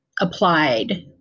applied